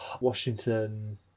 Washington